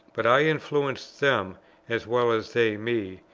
but i influenced them as well as they me,